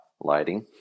lighting